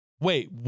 Wait